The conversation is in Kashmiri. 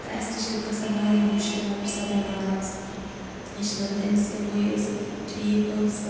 تہٕ اَسہِ تہٕ چھُ گَژھان واریاہ مُشکِل اَگَر سۄ بیٚمار آسہِ أسۍ چھِ دَپان أمِس کیٛاہ گوٚو یہِ ٲس مَطلَب ٹھیٖک ٲس تہٕ